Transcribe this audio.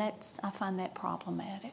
that i find that problematic